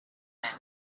man